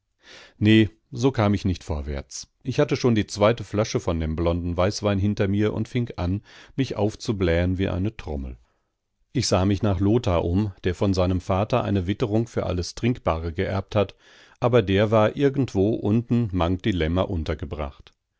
ne so kam ich nicht vorwärts ich hatte schon die zweite flasche von dem blonden weißwein hinter mir und fing an mich aufzublähen wie eine trommel ich sah mich nach lothar um der von seinem vater eine witterung für alles trinkbare geerbt hat aber der war irgendwo unten mang die lämmer untergebracht